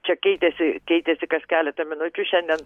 čia keitėsi keitėsi kas keletą minučių šiandien